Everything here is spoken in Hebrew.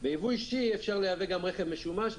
ביבוא אישי אפשר לייבא גם רכב משומש,